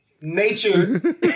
nature